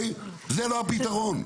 זה לא הפתרון.